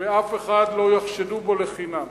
ואף אחד לא יחשדו בו לחינם.